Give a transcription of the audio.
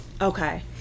Okay